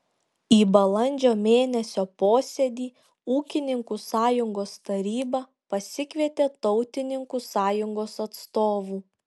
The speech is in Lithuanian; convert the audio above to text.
į balandžio mėnesio posėdį ūkininkų sąjungos taryba pasikvietė tautininkų sąjungos atstovų